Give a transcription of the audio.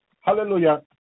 Hallelujah